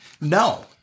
no